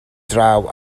draw